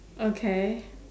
okay